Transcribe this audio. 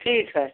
ठीक है